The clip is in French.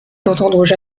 d’entendre